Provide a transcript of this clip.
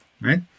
right